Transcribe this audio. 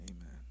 Amen